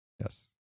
Yes